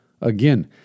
Again